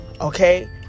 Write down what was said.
okay